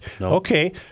Okay